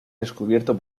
descubierto